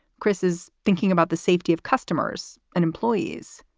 chris is thinking about the safety of customers and employees.